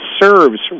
serves